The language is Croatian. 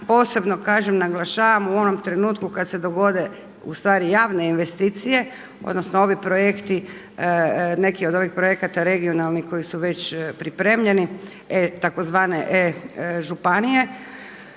Posebno kažem, naglašavam u onom trenutku kada se dogode ustvari javne investicije, odnosno ovi projekti, neki od ovih projekata regionalnih koji su već pripremljeni, tzv. E-županije